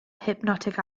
hypnotic